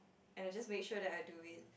and I just make sure that I do it